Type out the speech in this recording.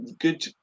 good